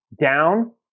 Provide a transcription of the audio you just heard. down